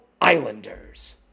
Islanders